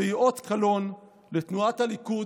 והיא אות קלון לתנועת הליכוד,